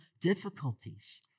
difficulties